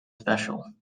special